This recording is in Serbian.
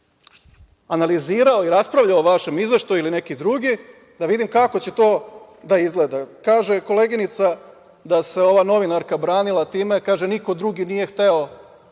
analizirao i raspravljao o vašem izveštaju, ili neki drugi, da vidim kako će to izgleda. Kaže koleginica da se ova novinarka branila time – niko drugi nije hteo